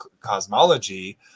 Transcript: cosmology